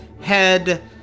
head